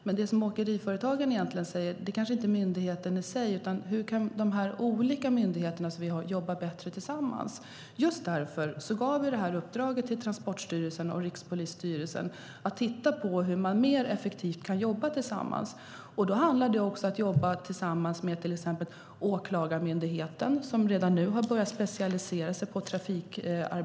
Men det som åkeriföretagen egentligen säger kanske inte handlar om myndigheten i sig, utan det handlar om hur de olika myndigheter som vi har kan jobba bättre tillsammans. Just därför gav vi det här uppdraget till Transportstyrelsen och Rikspolisstyrelsen. Det handlar om att titta på hur man kan jobba mer effektivt tillsammans. Då handlar det också om att jobba tillsammans med till exempel Åklagarmyndigheten, som redan nu har börjat specialisera sig på trafikfrågor.